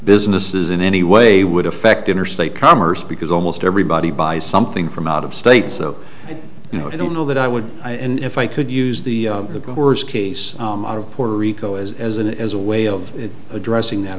businesses in any way would affect interstate commerce because almost everybody buys something from out of state so you know i don't know that i would if i could use the words case out of puerto rico as an as a way of addressing that